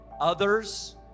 Others